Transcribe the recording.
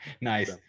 nice